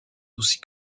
aussi